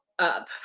Up